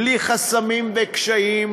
בלי חסמים וקשיים,